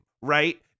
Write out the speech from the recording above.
right